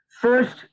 First